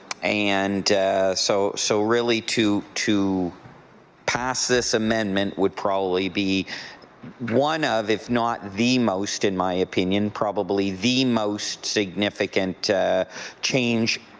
and so so really to to pass this amendment would probably be one of if not the most in my opinion probably the most significant change